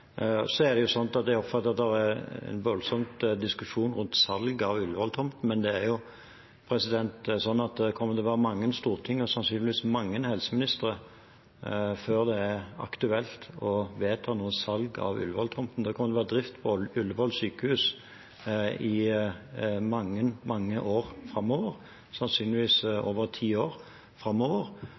Jeg oppfatter at det er voldsomt med diskusjon rundt salg av Ullevål-tomten, men det er jo sånn at det kommer til å være mange storting og sannsynligvis mange helseministre før det er aktuelt å vedta noe salg av Ullevål-tomten. Det kommer til å være drift på Ullevål sykehus i mange, mange år framover, sannsynligvis over ti år framover,